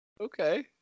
Okay